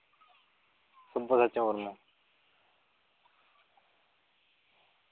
Sabyasachi Murmu